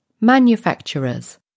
Manufacturers